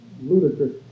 ludicrous